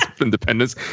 Independence